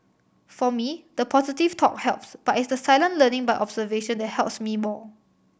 for me the positive talk helps but it's the silent learning by observation that helps me more